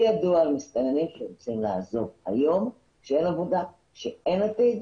לי ידוע על מסתננים שרוצים לעזוב היום כי אין עבודה ואין עתיד.